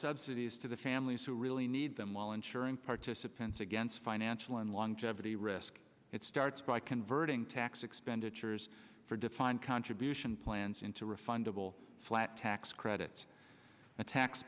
subsidies to the families who really need them while ensuring participants against financial and longevity risk it starts by converting tax expenditures for defined contribution plans into refundable flat tax credits